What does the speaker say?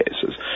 cases